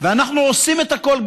ואנחנו עושים את הכול,